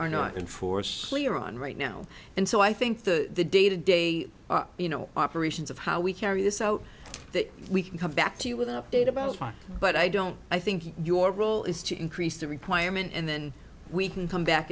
are not enforced clear on right now and so i think the day to day you know operations of how we carry this out that we can come back to you with an update about five but i don't i think your role is to increase the requirement and then we can come back